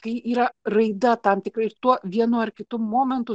kai yra raida tam tikrai ir tuo vienu ar kitu momentu